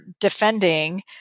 defending